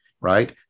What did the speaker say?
right